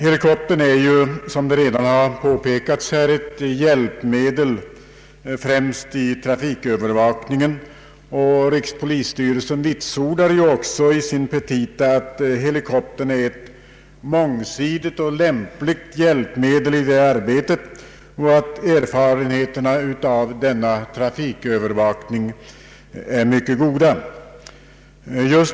Helikoptern är, vilket redan påpekats, ett hjälpmedel främst i trafikövervakningen. Rikspolisstyrelsen vitsordar också i sina petita att helikoptern är ett mångsidigt och lämpligt hjälpmedel i det arbetet och att erfarenheterna av denna trafikövervakning är mycket goda.